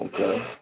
Okay